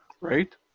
right